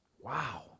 Wow